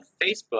Facebook